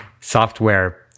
software